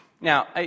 Now